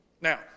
now